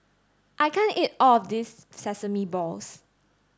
I can't eat all of this sesame balls